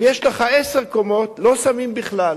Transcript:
אם יש לך עשר קומות, לא שמים בכלל.